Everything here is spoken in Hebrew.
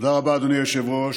תודה רבה, אדוני היושב-ראש.